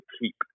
keep